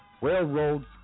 railroads